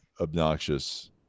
obnoxious